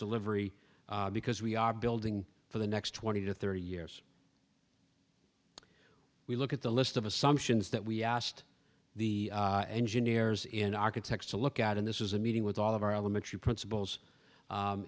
delivery because we are building for the next twenty to thirty years we look at the list of assumptions that we asked the engineers in architects to look at in this is a meeting with all of our elementary principals